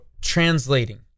translating